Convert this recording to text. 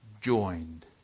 joined